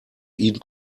ihn